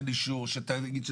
אותן במסלול הרגיל.